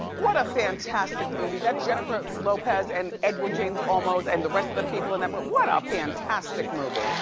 what a fantastic movie, that jennifer lopez and edward james olmos and the rest of the people in that movie, what ah a fantastic movie.